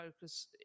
focus